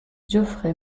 geoffrey